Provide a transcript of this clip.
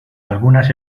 algunas